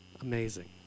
amazing